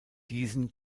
diesen